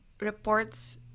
reports